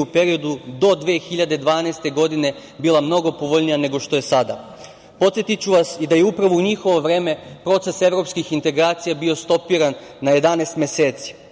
u periodu do 2012. godina, bila mnogo povoljnija nego što je sada. Podsetiću vas da je upravo u njihovo vreme proces evropskih integracija bio stopiran na 11 meseci,